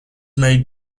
made